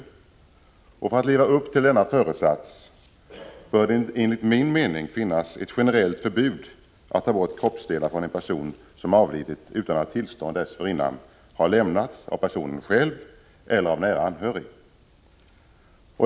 För att vi skall kunna leva upp till denna föresats bör det enligt min mening finnas ett generellt förbud att ta bort kroppsdelar från en person som avlidit, om ej tillstånd dessförinnan lämnats av personen själv eller av nära anhörig.